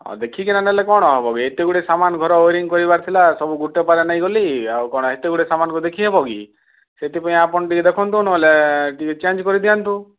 ଆଉ ଦେଖି କିନା ନେଲେ କ'ଣ ହବ କି ଏତେ ଗୁଡ଼ିଏ ସାମାନ୍ ଘର ୱେରିଙ୍ଗ୍ କରିବାର ଥିଲା ସବୁ ଗୋଟେ ପ୍ରକାର ନେଇଗଲି ଆଉ ଏତେ ଗୁଡ଼ିଏ ସାମାନ୍ କୁ ଦେଖି ହବ କି ସେଥିପାଇଁ ଆପଣ ଟିକେ ଦେଖନ୍ତୁ ନ ହେଲେ ଟିକେ ଚେଞ୍ଜ କରି ଦିଅନ୍ତୁ